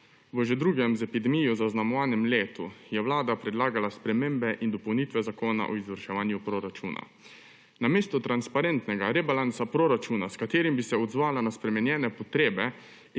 V že drugem z epidemijo zaznamovanem letu je Vlada predlagala spremembe in dopolnitve zakona o izvrševanju proračuna. Namesto transparentnega rebalansa proračuna, s katerim bi se odzvala na spremenjene potrebe